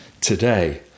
today